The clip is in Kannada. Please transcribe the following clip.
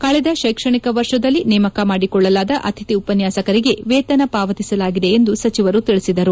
ಕಳೆದ ಶೈಕ್ಷಣಿಕ ವರ್ಷದಲ್ಲಿ ನೇಮಕ ಮಾಡಿಕೊಳ್ಳಲಾದ ಅತಿಥಿ ಉಪನ್ಯಾಸಕರಿಗೆ ವೇತನ ಪಾವತಿಸಲಾಗಿದೆ ಎಂದು ಸಚಿವರು ತಿಳಿಸಿದರು